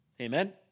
Amen